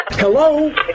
hello